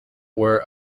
were